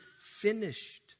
finished